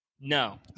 No